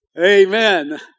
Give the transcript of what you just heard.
Amen